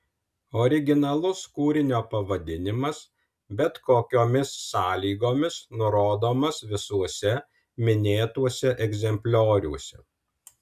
originalus kūrinio pavadinimas bet kokiomis sąlygomis nurodomas visuose minėtuose egzemplioriuose